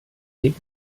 weg